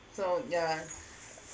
so yeah